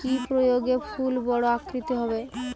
কি প্রয়োগে ফুল বড় আকৃতি হবে?